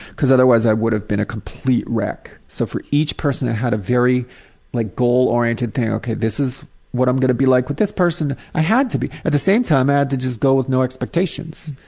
because otherwise i would have been a complete wreck. so for each person i had a very like goal-oriented thing ok, this is what i'm going to be like with this person. i had to be at the same time i had to just go with no expectations.